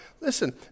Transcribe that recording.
Listen